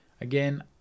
Again